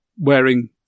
Wearing